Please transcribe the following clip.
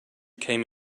came